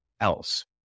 else